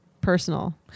personal